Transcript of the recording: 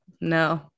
no